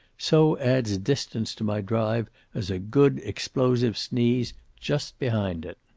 so adds distance to my drive as a good explosive sneeze just behind it.